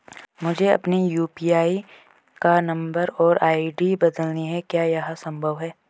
मुझे अपने यु.पी.आई का नम्बर और आई.डी बदलनी है क्या यह संभव है?